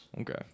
Okay